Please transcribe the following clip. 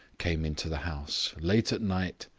came into the house, late at night,